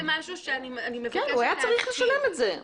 הוא היה צריך לשלם את זה.